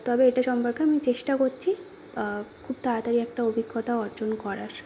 তবে এটা সম্পর্কে আমি চেষ্টা করছি খুব তাড়াতাড়ি একটা অভিজ্ঞতা অর্জন করার